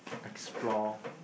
explore